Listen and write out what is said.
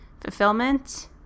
fulfillment